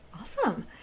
Awesome